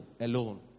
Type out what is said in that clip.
alone